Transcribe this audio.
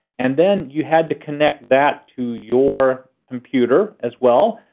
and then you had to connect that to your computer as well.